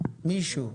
מישהו,